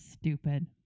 stupid